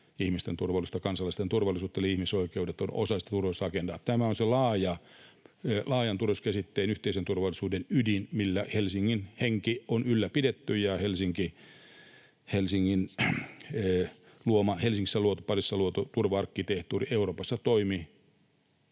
ihmisten turvallisuutta, kansalaisten turvallisuutta, eli ihmisoikeudet ovat osa sitä turvallisuusagendaa. Tämä on sen laajan turvallisuuskäsitteen, yhteisen turvallisuuden ydin, millä Helsingin henkeä on ylläpidetty ja Helsingissä luotu, Pariisissa luotu turva-arkkitehtuuri Euroopassa toimi